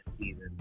season